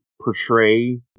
portray